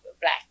black